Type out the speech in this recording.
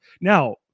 Now